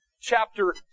chapter